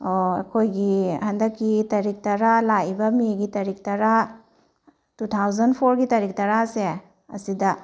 ꯑꯣ ꯑꯩꯈꯣꯏꯒꯤ ꯍꯟꯗꯛꯀꯤ ꯇꯥꯔꯤꯛ ꯇꯔꯥ ꯂꯥꯛꯏꯕ ꯃꯦꯒꯤ ꯇꯥꯔꯤꯛ ꯇꯔꯥ ꯇꯨ ꯊꯥꯎꯖꯟ ꯐꯣꯔꯒꯤ ꯇꯥꯔꯤꯛ ꯇꯔꯥꯁꯦ ꯑꯁꯤꯗ